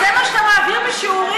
זה מה שאתם מעביר בשיעורים?